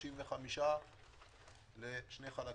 35 לשני חלקים.